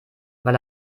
weil